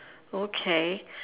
okay